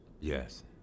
Yes